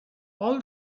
all